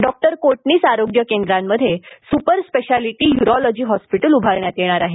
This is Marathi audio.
डॉक्टर कोटणीस आरोग्य केंद्रांमध्ये सुपरस्पेशालिटी यूरॉलॉजी हॉस्पिटल उभारण्यात येणार आहे